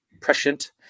prescient